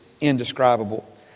indescribable